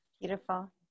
Beautiful